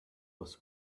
was